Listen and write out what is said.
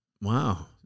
Wow